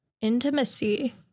intimacy